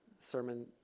Sermon